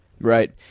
Right